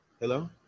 Hello